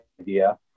idea